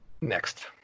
Next